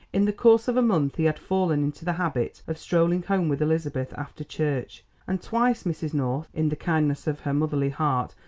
in the course of a month he had fallen into the habit of strolling home with elizabeth after church, and twice mrs. north, in the kindness of her motherly heart,